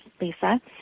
Lisa